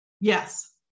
Yes